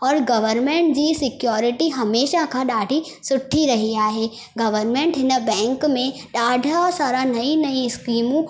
और गवर्नमेंट जी सिक्यॉरिटी हमेशा खां ॾाढी सुठी रही आहे गवर्नमेंट हिन बैंक में ॾाढा सारा नईं नईं स्कीमूं